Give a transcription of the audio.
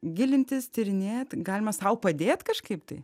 gilintis tyrinėt galima sau padėt kažkaip tai